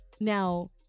Now